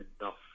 enough